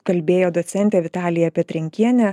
kalbėjo docentė vitalija petrenkienė